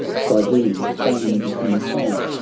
cydoon famed in song,